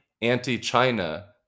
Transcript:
anti-China